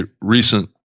recent